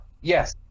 Yes